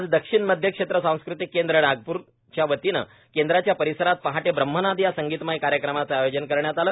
आज दक्षिण मध्य क्षेत्र सांस्कृति केंद्र नागप्रच्या वतीनं केंद्राच्या परिसरात पहाटे ब्रह्मनाद या संगीतमय कार्यक्रमाचं आयोजन करण्यात आलं